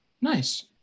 nice